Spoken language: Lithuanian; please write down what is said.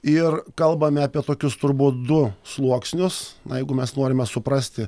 ir kalbame apie tokius turbūt du sluoksnius na jeigu mes norime suprasti